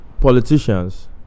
politicians